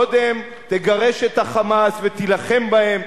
קודם תגרש את ה"חמאס" ותילחם בהם,